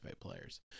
players